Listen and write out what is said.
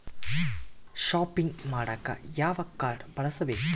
Shopping ಮಾಡಾಕ ಯಾವ card ಬಳಸಬೇಕು?